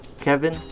Kevin